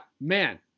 man